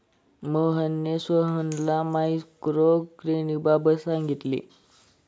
मोहनने सोहनला मायक्रो क्रेडिटबाबत सांगितले